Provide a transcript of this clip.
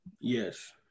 Yes